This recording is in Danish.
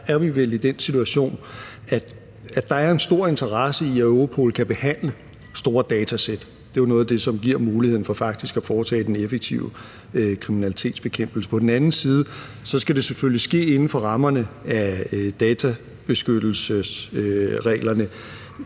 der er vi vel i den situation, at der er en stor interesse i, at Europol kan behandle store datasæt. Det er jo noget af det, som faktisk giver muligheden for at foretage den effektive kriminalitetsbekæmpelse. På den anden side skal det selvfølgelig ske inden for rammerne databeskyttelsesreglerne,